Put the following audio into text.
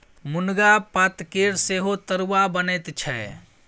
मुनगा पातकेर सेहो तरुआ बनैत छै